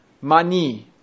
money